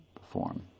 perform